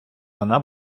вона